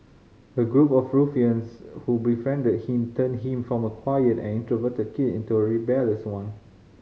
a group of ruffians who befriended him turned him from a quiet and introverted kid into a rebellious one